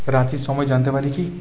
রাঁচির সময় জানতে পারি কি